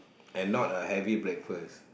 and not a heavy breakfast